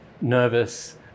nervous